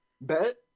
Bet